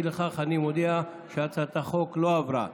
אי לכך אני מודיע שהצעת החוק לא עברה.